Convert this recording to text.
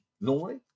normally